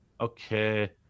Okay